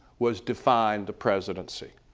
was define the presidency.